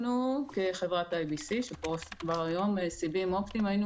אנחנו כחברה שפורסת כבר היום סיבים אופטיים היינו